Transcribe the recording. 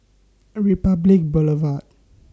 Republic Boulevard